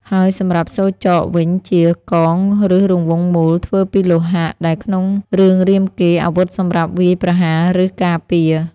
ហើយសម្រាប់សូរចកវិញជា កងឬរង្វង់មូល ធ្វើពីលោហៈ ដែលក្នុងក្នុងរឿងរាមកេរ្តិ៍ អាវុធសម្រាប់វាយប្រហារ ឬការពារ